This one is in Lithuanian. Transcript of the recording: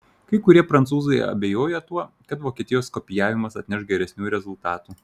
kai kurie prancūzai abejoja tuo kad vokietijos kopijavimas atneš geresnių rezultatų